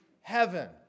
heaven